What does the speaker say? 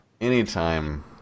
anytime